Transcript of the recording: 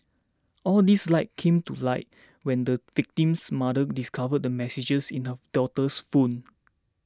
all these came to light when the victim's mother discovered the messages in her daughter's phone